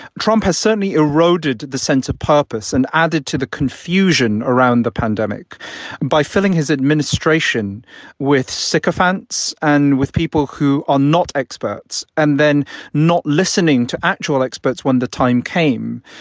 trump has certainly eroded the sense of purpose and added to the confusion around the pandemic by filling his administration with sycophants and with people who are not experts and then not listening to actual experts. when the time came,